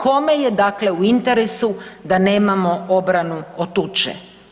Kome je dakle u interesu da nemamo obranu od tuče?